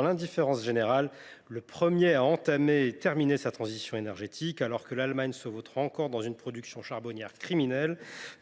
une indifférence quasi générale, le premier à entamer et à terminer sa transition énergétique. Alors que l’Allemagne se vautre encore dans une production charbonnière criminelle